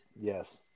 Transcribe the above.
yes